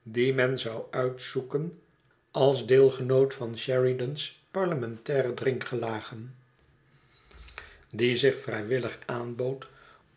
men zou uitzoeken als den deelgenoot van sheridan's parlementaire drinkgelagen die zich vrijwilligaanbood